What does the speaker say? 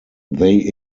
they